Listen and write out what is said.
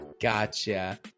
Gotcha